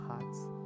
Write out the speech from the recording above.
hearts